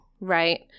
right